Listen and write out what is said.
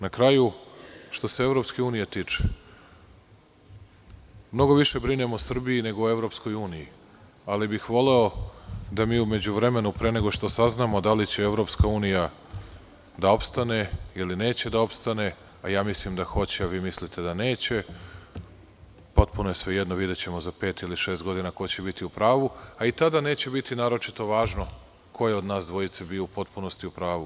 Na kraju, što se EU tiče, mnogo više brinem o Srbiji, nego o EU, ali bih voleo da mi u međuvremenu, pre nego što saznamo da li će EU da opstane ili neće da opstane, a ja mislim da hoće, a vi mislite da neće, potpuno je svejedno, videćemo za pet ili šest godina ko će biti u pravu, a i tada neće biti naročito važno ko je od nas dvojice bio u potpunosti u pravu.